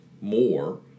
more